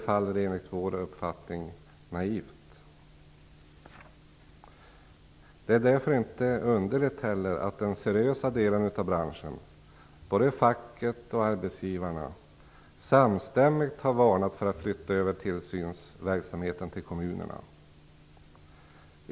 Därför är det inte underligt att den seriösa delen av branschen, både facket och arbetsgivarna, har varnat för att flytta över tillsynsverksamheten till kommunerna.